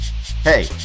Hey